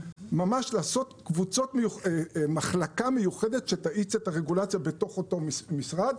ממש לעשות מחלקה מיוחדת שתאיץ את הרגולציה בתוך אותו משרד.